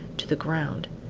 to the ground.